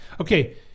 Okay